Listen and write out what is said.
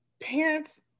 parents